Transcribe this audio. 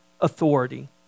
authority